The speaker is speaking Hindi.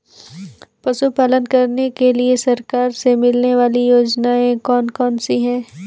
पशु पालन करने के लिए सरकार से मिलने वाली योजनाएँ कौन कौन सी हैं?